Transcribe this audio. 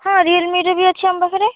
ହଁ ରିଅଲମିର ବି ଅଛି ଆମ ପାଖରେ